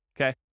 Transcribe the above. okay